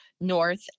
North